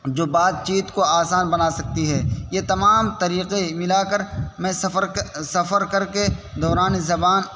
جو بات چیت کو آسان بنا سکتی ہے یہ تمام طریقے ملا کر میں سفر سفر کر کے دوران زبان